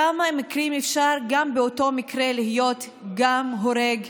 בכמה מקרים אפשר להיות גם הורג,